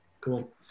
Cool